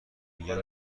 میگن